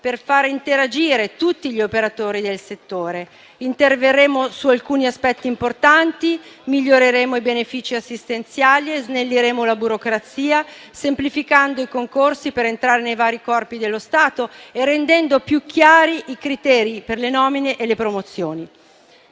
per fare interagire tutti gli operatori del settore. Interverremo su alcuni aspetti importanti, miglioreremo i benefici assistenziali e snelliremo la burocrazia, semplificando i concorsi per entrare nei vari Corpi dello Stato e rendendo più chiari i criteri per le nomine e le promozioni.